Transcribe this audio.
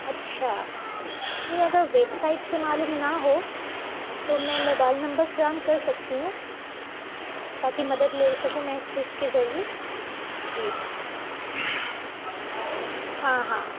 اچھا نہیں اگر ویب سائٹ سے معلوم نہ ہو تو میں موبائل نمبر فراہم کر سکتی ہوں تا کہ مدد لے سکوں میں اس چیز کے ذریعے جی ہاں ہاں